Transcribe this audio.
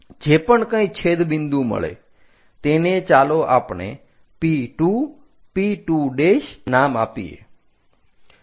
જે પણ કંઈ છેદ બિંદુ મળે તેને ચાલો આપણે P2 P2 નામ આપીએ